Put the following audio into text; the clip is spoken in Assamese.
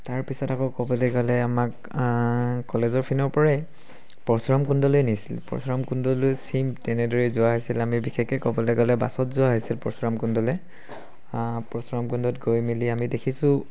তাৰপিছত আকৌ ক'বলে গ'লে আমাক কলেজৰ পিনৰ পৰাই পৰশুৰাম কুণ্ডলৈ নিছিলে পৰশুৰাম কুণ্ডলৈ ছেইম তেনেদৰেই যোৱা হৈছিলে আমি বিশেষকৈ ক'বলৈ গ'লে বাছত যোৱা হৈছিল পৰশুৰাম কুণ্ডলৈ পৰশুৰাম কুণ্ডত গৈ মেলি আমি দেখিছোঁ